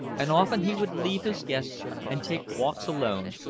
and often he would leave his guests and take walks alone,